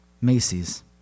Macy's